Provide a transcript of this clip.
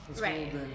Right